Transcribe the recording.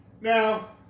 Now